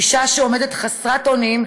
אישה שעומדת חסרת אונים,